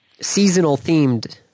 seasonal-themed